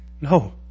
no